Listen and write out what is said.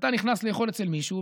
כשאתה נכנס לאכול אצל מישהו,